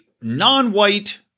non-white